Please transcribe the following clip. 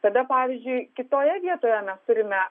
tada pavyzdžiui kitoje vietoje mes turime